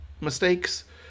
mistakes